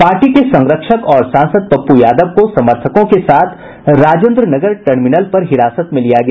party के संरक्षक और सांसद पप्पू यादव को समर्थकों के साथ राजेन्द्र नगर टर्मिनल पर हिरासत में लिया गया